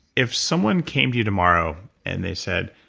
if someone came to you tomorrow, and they said,